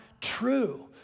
true